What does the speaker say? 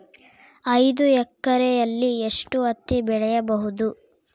ಐದು ಎಕರೆಯಲ್ಲಿ ಎಷ್ಟು ಹತ್ತಿ ಬೆಳೆಯಬಹುದು?